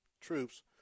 troops